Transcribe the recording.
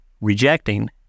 rejecting